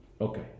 Okay